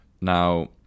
now